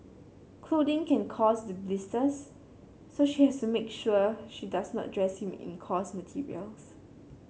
clothing can cause the blisters so she has make sure she does not dress him in coarse materials